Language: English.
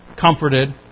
comforted